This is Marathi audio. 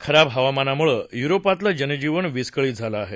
खराब हवामानामुळे युरोपातलं जनजीवन विस्कळीत झालं आहे